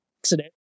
accident